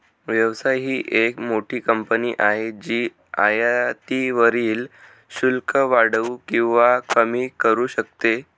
व्यवसाय ही एक मोठी कंपनी आहे जी आयातीवरील शुल्क वाढवू किंवा कमी करू शकते